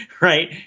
right